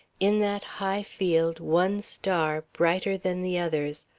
in that high field one star, brighter than the others,